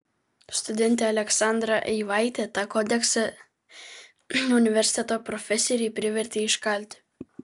studentę aleksandrą eivaitę tą kodeksą universiteto profesoriai privertė iškalti